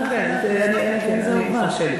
תודה, חבר הכנסת, כן, זה הובהר.